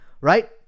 right